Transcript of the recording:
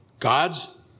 God's